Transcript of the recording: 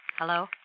Hello